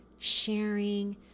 sharing